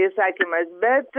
įsakymas bet